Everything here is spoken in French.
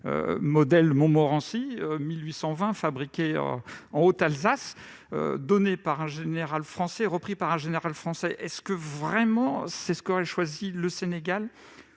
modèle Montmorency, 1820, fabriqué en Haute-Alsace -, il a été donné par un général français et repris par un général français ! Est-ce vraiment ce qu'aurait choisi le Sénégal ?